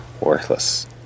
worthless